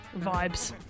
vibes